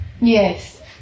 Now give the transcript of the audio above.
Yes